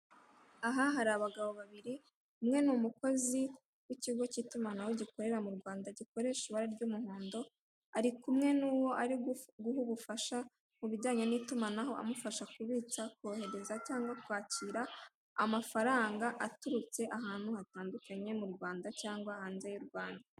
Aha hari abagabo babiri umwe ni umukozi w'ikigo cy'itumanaho gikorera mu Rwanda gikoresha ibara ry'umuhondo, ari kumwe n'uwo ari guha ubufasha mubijyanye n'itumanaho amufasha kubitsa kohereza cyangwa kwakira amafaranga aturutse ahantu hatandukanye mu Rwanda cyangwa hanze y' u Rwanda.